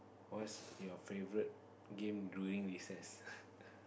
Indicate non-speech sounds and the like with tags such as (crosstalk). what's your favourite game during recess (laughs)